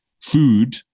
food